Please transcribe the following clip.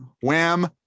Wham